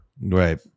Right